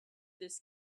this